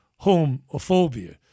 homophobia